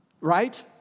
right